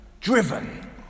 driven